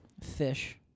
fish